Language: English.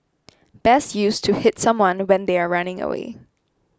best used to hit someone when they are running away